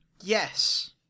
yes